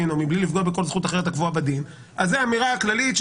או בלי לפגוע בכל זכות אחרת הקבועה בדין זאת אמירה כללית,